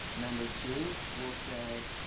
number two, we'll say,